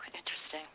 interesting